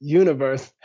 universe